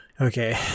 Okay